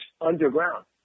underground